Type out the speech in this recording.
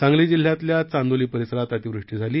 सांगली जिल्ह्यातल्या चांदोली परिसरात अतिवृष्टी झाली